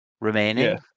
remaining